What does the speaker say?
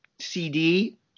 CD